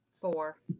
Four